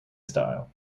style